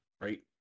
right